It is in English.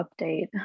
update